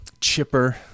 Chipper